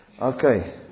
Okay